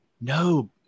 no